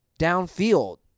downfield